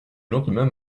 lendemain